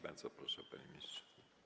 Bardzo proszę, panie ministrze.